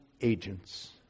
agents